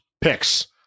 picks